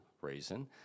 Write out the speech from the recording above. reason